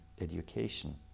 education